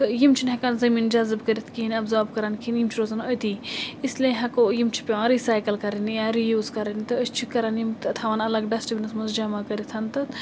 تہٕ یِم چھِنہٕ ہٮ۪کان زٔمیٖن جزٕب کٔرِتھ کِہیٖنۍ ایبزارب کَران کِہیٖنۍ یِم چھِ روزان أتی اِسلیے ہٮ۪کو یِم چھِ پٮ۪وان رِسایکَل کَرٕنۍ یا رِیوٗز کَرٕنۍ تہٕ أسۍ چھِ کَران یِم تہٕ تھاوان الگ ڈَسٹبِنَس منٛز جمع کٔرِتھ تہٕ